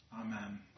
Amen